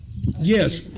Yes